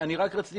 אני רק רציתי,